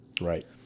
Right